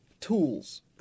tools